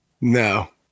No